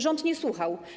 Rząd nie słuchał.